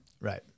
Right